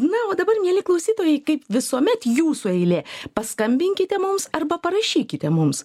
na o dabar mieli klausytojai kaip visuomet jūsų eilė paskambinkite mums arba parašykite mums